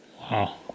Wow